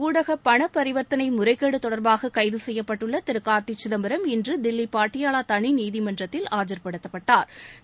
ஊடக பணபரிவர்ததணை முறைகேடு தொடர்பாக கைது செய்யப்பட்டுள்ள திரு கார்த்தி சிதம்பரம் இன்று தில்லி பாட்டியாலா தனி நீதிமன்றத்தில் ஆஜா்படுத்தப்பட்டாா்